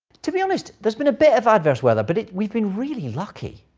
to be honest, there's been a bit of adverse weather. but we've been really lucky.